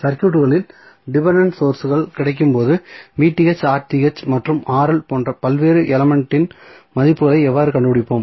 சர்க்யூட்களில் டிபென்டென்ட் சோர்ஸ்கள் கிடைக்கும்போது மற்றும் போன்ற பல்வேறு எலமெண்ட்ஸ் இன் மதிப்புகளை எவ்வாறு கண்டுபிடிப்போம்